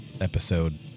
episode